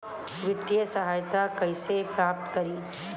वित्तीय सहायता कइसे प्राप्त करी?